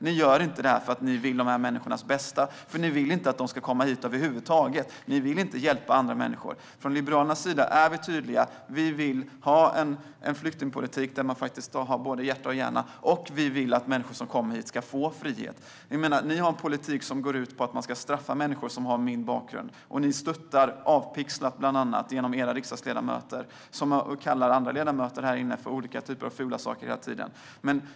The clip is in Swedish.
Ni gör inte det här för att ni vill de här människornas bästa, för ni vill inte att de ska komma hit över huvud taget. Ni vill inte hjälpa andra människor. Från Liberalernas sida är vi tydliga med att vi vill ha en flyktingpolitik med både hjärta och hjärna, och vi vill att människor som kommer hit ska få frihet. Ni har en politik som går ut på att straffa människor med min bakgrund. Och ni stöttar Avpixlat, bland annat genom era riksdagsledamöter, som kallar andra ledamöter här inne för olika typer av fula saker hela tiden.